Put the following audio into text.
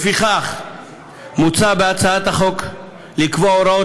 לפיכך מוצע בהצעת החוק לקבוע הוראות